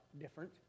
different